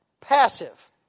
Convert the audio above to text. passive